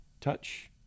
touch